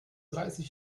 dreißig